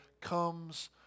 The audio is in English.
comes